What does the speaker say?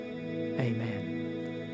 amen